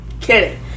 kidding